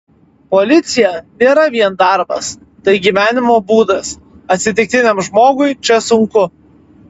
policija nėra vien darbas tai gyvenimo būdas atsitiktiniam žmogui čia sunku